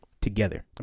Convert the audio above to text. Together